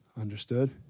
Understood